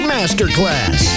Masterclass